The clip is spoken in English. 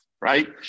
right